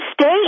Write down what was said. stay